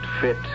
fit